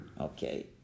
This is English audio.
Okay